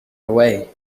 away